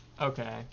okay